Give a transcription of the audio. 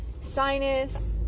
sinus